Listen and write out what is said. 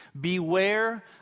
Beware